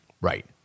Right